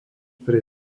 pre